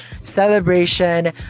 celebration